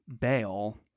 bail